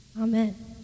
Amen